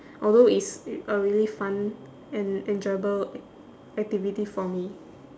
although it's a really fun and enjoyable ac~ activity for me